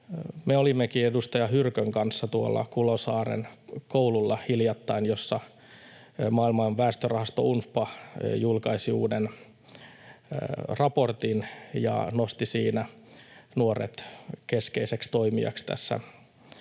Me olimmekin edustaja Hyrkön kanssa hiljattain tuolla Kulosaaren koululla, jossa maailman väestörahasto UNFPA julkaisi uuden raportin ja nosti siinä nuoret keskeiseksi toimijaksi